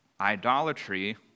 Idolatry